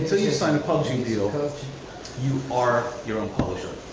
so you sign the publishing deal, you are your own publisher.